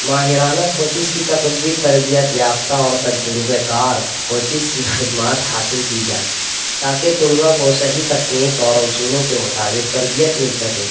ماہرانہ coaches کی تقرری تربیت یافتہ اور تجربہ کار کوچز کی خدمات حاصل کی جائے تاکہ طلباء کو صحیح تکنیک اور اصولوں کے مطابق تربیت مل سکے